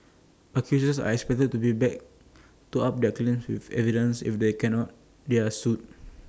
accusers are expected to be back to up their claims with evidence if they cannot they are sued